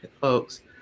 folks